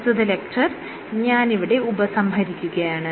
പ്രസ്തുത ലെക്ച്ചർ ഞാൻ ഇവിടെ ഉപസംഹരിക്കുകയാണ്